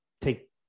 take